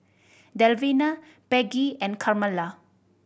Delfina Peggie and Carmela